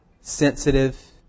sensitive